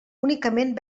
únicament